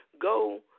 Go